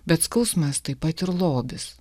bet skausmas taip pat ir lobis